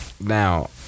now